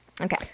Okay